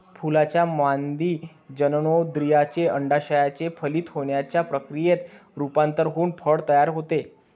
फुलाच्या मादी जननेंद्रियाचे, अंडाशयाचे फलित होण्याच्या प्रक्रियेत रूपांतर होऊन फळ तयार होते